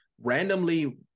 randomly